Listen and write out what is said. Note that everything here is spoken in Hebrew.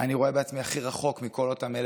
אני רואה בעצמי הכי רחוק מכל אותם אלה